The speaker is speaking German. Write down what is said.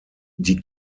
die